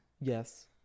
Yes